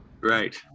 Right